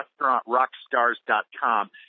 restaurantrockstars.com